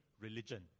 religion